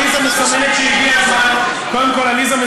עליזה מסמנת שהגיע הזמן לרדת,